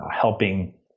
helping